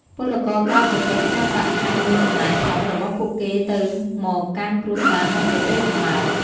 ពលករក្រៅប្រទេសផ្ញើប្រាក់ខែមួយចំណែកធំរបស់ពួកគេទៅមកកាន់គ្រួសារនៅប្រទេសកំណើត។